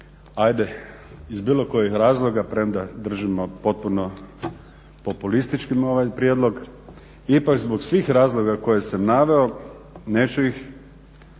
hajde iz bilo kojih razloga premda držimo potpuno populističkim ovaj prijedlog. Ipak zbog svih razloga koje sam naveo neću ih